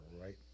right